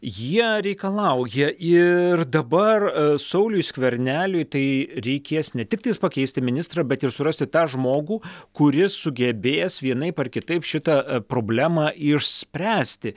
jie reikalauja ir dabar sauliui skverneliui tai reikės ne tiktai pakeisti ministrą bet ir surasti tą žmogų kuris sugebės vienaip ar kitaip šitą problemą išspręsti